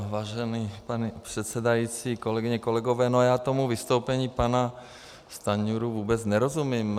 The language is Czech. Vážený pane předsedající, kolegyně, kolegové, já tomu vystoupení pana Stanjury vůbec nerozumím.